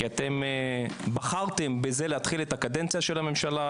כי אתם בחרתם בזה להתחיל את הקדנציה של הממשלה,